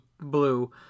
blue